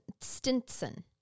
Stinson